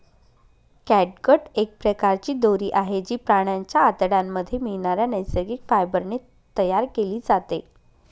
catgut एक प्रकारची दोरी आहे, जी प्राण्यांच्या आतड्यांमध्ये मिळणाऱ्या नैसर्गिक फायबर ने तयार केली जाते